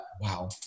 wow